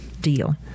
deal